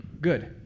Good